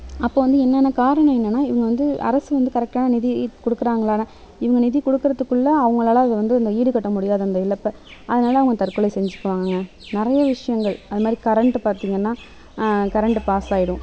அப்போது வந்து என்னென்ன காரணம் என்னென்னால் இவங்க வந்து அரசு வந்து கரெக்ட்டான நிதியை கொடுக்குறாங்களானா இவங்க நிதி கொடுக்குறதுக்குள்ள அவங்களால அது வந்து இத ஈடுகட்ட முடியாது அந்த இழப்பை அதனால அவங்க தற்கொலை செஞ்சிக்குவாங்க நிறையா விஷயங்கள் அந்தமாதிரி கரெண்டு பார்த்திங்கன்னா கரெண்டு பாஸ் ஆகிடும்